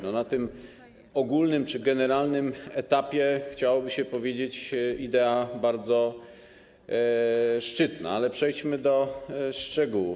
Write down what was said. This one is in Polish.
Na tym ogólnym czy generalnym etapie chciałoby się powiedzieć: idea bardzo szczytna, ale przejdźmy do szczegółów.